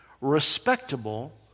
respectable